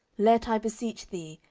let, i beseech thee,